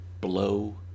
Blow